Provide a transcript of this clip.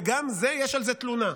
וגם זה יש על זה תלונה.